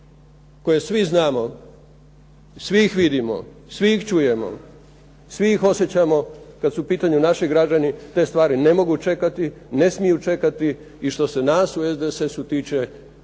koje svi znamo, svi ih vidimo, svi ih čujemo, svi ih osjećamo kada su u pitanju naši građani, te stvari ne mogu čekati, ne smiju čekati i što se nas u SDS-u tiče,